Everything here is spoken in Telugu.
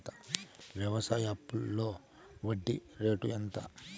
వ్యవసాయ అప్పులో వడ్డీ రేట్లు ఎంత?